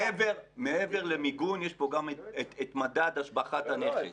מעבר למיגון יש פה גם את מדד השבחת הנכס.